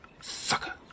Sucker